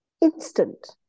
instant